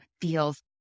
feels